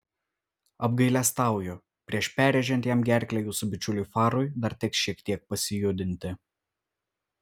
apgailestauju prieš perrėžiant jam gerklę jūsų bičiuliui farui dar teks šiek tiek pasijudinti